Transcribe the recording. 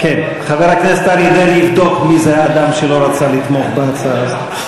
חבר הכנסת דרעי יבדוק מי זה האדם שלא רצה לתמוך בהצעה הזאת.